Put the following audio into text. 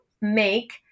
make